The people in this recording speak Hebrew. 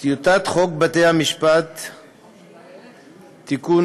טיוטת חוק בתי-המשפט (תיקון,